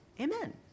Amen